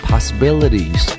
possibilities